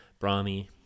brahmi